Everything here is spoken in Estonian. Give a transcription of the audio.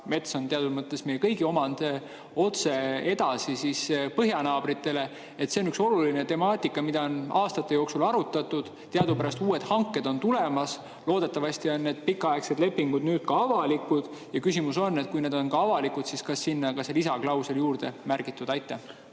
mets on teatud mõttes meie kõigi omand – otse edasi põhjanaabritele. See on üks oluline temaatika, mida on aastate jooksul arutatud. Teadupärast on uued hanked tulemas. Loodetavasti on need pikaaegsed lepingud nüüd ka avalikud. Küsimus on, et kui need on avalikud, siis kas sinna on ka lisaklausel juurde märgitud. Aitäh,